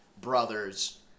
brothers